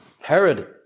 Herod